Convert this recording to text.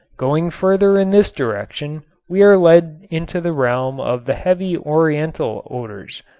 going further in this direction we are led into the realm of the heavy oriental odors,